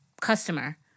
customer